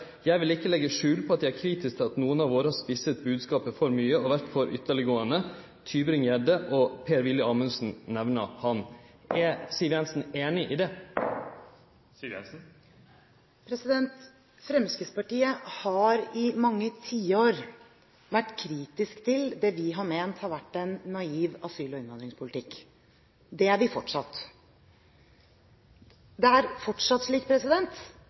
jeg vil ikkje legge skjul på at jeg er kritisk til at noen av våre har spisset budskapet for mye, og vært for ytterliggående.» Han nemner Christian Tybring-Gjedde og Per-Willy Amundsen. Er Siv Jensen einig i det? Fremskrittspartiet har i mange tiår vært kritisk til det vi har ment har vært en naiv asyl- og innvandringspolitikk. Det er vi fortsatt. Det er fortsatt slik